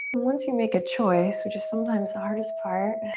once you make a choice, which is sometimes the hardest part,